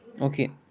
Okay